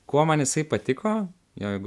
kuo man jisai patiko jeigu